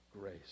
grace